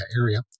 area